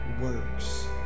works